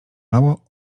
mało